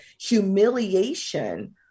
humiliation